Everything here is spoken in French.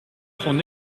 son